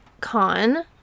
con